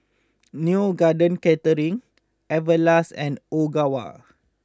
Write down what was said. Neo Garden Catering Everlast and Ogawa